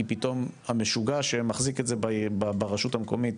כי פתאום המשוגע שמחזיק את זה ברשות המקומית,